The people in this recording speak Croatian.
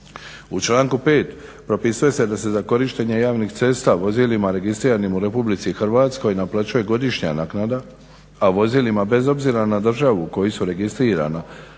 U članku 5. propisuje se da se za korištenje javnih cesta vozilima registriranim u Republici Hrvatskoj naplaćuje godišnja naknada a vozilima bez obzira na državu u kojoj su registrirana